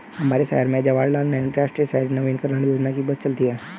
हमारे शहर में जवाहर लाल नेहरू राष्ट्रीय शहरी नवीकरण योजना की बस चलती है